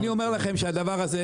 אני אומר לכם שהדבר הזה,